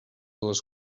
les